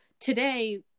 today